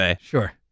Sure